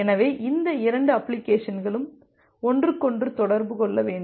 எனவே இந்த இரண்டு அப்ளிகேஷன்களும் ஒன்றுக்ஒன்று தொடர்பு கொள்ள வேண்டும்